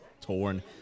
torn